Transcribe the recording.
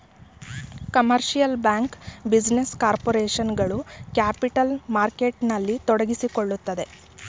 commercial bank, business corporation ಗಳು capital ಮಾರ್ಕೆಟ್ನಲ್ಲಿ ತೊಡಗಿಸಿಕೊಳ್ಳುತ್ತದೆ